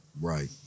Right